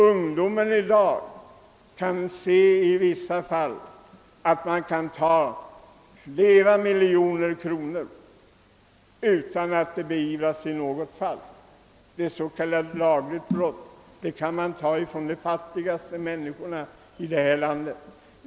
Ungdomen i dag kan ibland se hur somliga tar flera miljoner kronor utan att det beivras. Det rör sig om s.k. lagligt brott varvid pengarna kan tas från de fattigaste.